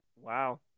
wow